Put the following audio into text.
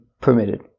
permitted